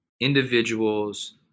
individuals